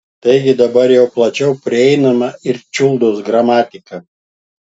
taigi dabar jau plačiau prieinama ir čiuldos gramatika